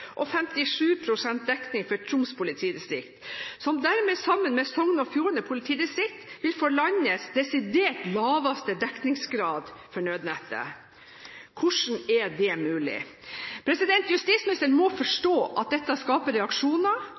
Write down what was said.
og 57 pst. dekning for Troms politidistrikt, som dermed, sammen med Sogn og Fjordane politidistrikt, vil få landets desidert laveste dekningsgrad for nødnettet. Hvordan er det mulig? Justisministeren må forstå at dette skaper reaksjoner